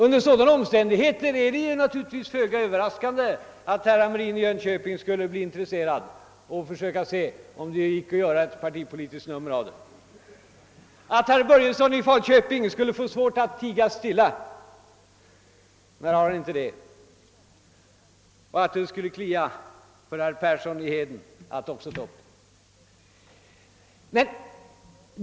Under sådana omständigheter är det naturligtvis föga överraskande, att herr Hamrin i Jönköping skulle bli intresserad och se en chans att göra ett partipolitiskt nummer av det hela och att herr Börjesson i Falköping skulle få svårt att tiga still — när har han inte det — liksom att det skulle klia i fingrarna på herr Persson i Heden att också ta upp saken.